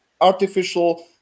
artificial